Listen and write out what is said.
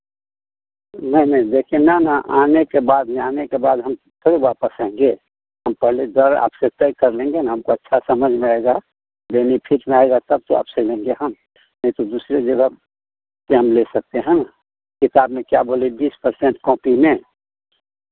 नहीं नहीं देखिए ना ना आने के बाद यहाँ आने के बाद हम थोड़ी वापस आएँगे हम पहले दर आपसे तय कर लेंगे ना हमको अच्छा समझ में आएगा बेनिफिट में आएगा तब तो आपसे लेंगे हम नहीं तो दूसरे जगह से हम ले सकते है ना किताब में क्या बोले बीस पर्सेंट कॉपी में